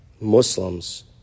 Muslims